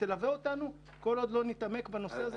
תלווה אותנו כל עוד לא נתעמק בנושא הזה.